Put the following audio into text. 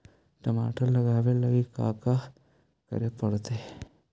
टमाटर लगावे लगी का का करये पड़तै?